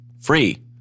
free